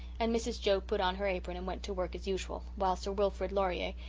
and mrs. joe put on her apron and went to work as usual, while sir wilfrid laurier,